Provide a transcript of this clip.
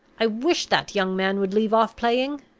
i wish that young man would leave off playing,